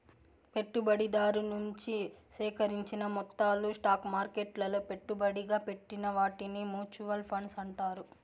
పెట్టుబడిదారు నుంచి సేకరించిన మొత్తాలు స్టాక్ మార్కెట్లలో పెట్టుబడిగా పెట్టిన వాటిని మూచువాల్ ఫండ్స్ అంటారు